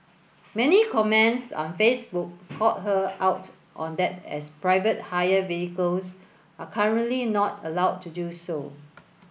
many comments on Facebook called her out on that as private hire vehicles are currently not allowed to do so